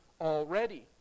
already